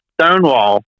Stonewall